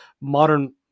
modern